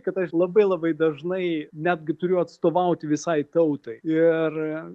kad aš labai labai dažnai netgi turiu atstovauti visai tautai ir